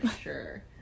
sure